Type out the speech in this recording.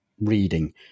Reading